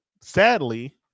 Sadly